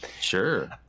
Sure